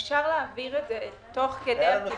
הייתה לנו שיחה ארוכה עם --- אפשר להעביר את זה תוך כדי טיפול,